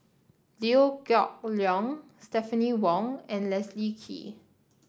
Liew Geok Leong Stephanie Wong and Leslie Kee